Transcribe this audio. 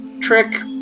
trick